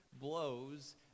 blows